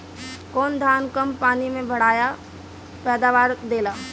कौन धान कम पानी में बढ़या पैदावार देला?